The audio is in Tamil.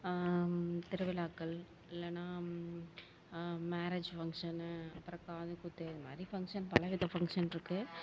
திருவிழாக்கள் இல்லைனா மேரேஜ் ஃபங்க்ஷனு அப்புறம் காதுகுத்து இதுமாதிரி ஃபங்க்ஷன் பல வித ஃபங்க்ஷன் இருக்குது